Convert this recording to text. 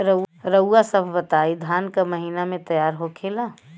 रउआ सभ बताई धान क महीना में तैयार होखेला?